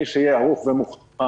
מי שיהיה ערוך ומוכן,